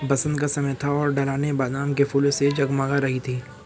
बसंत का समय था और ढलानें बादाम के फूलों से जगमगा रही थीं